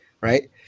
right